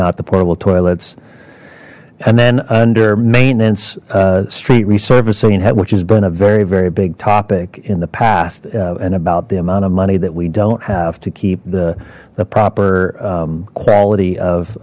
not the portable toilets and then under maintenance street resurfacing yet which has been a very very big topic in the past and about the amount of money that we don't have to keep the the proper quality of